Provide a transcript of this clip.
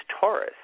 Taurus